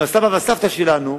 עם הסבא והסבתא שלנו,